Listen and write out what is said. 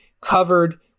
covered